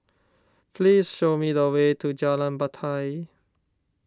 please show me the way to Jalan Batai